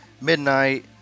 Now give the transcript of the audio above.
midnight